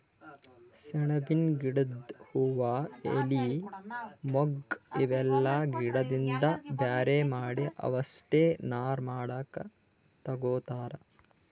ಸೆಣಬಿನ್ ಗಿಡದ್ ಹೂವಾ ಎಲಿ ಮೊಗ್ಗ್ ಇವೆಲ್ಲಾ ಗಿಡದಿಂದ್ ಬ್ಯಾರೆ ಮಾಡಿ ಅವಷ್ಟೆ ನಾರ್ ಮಾಡ್ಲಕ್ಕ್ ತಗೊತಾರ್